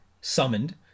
summoned